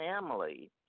family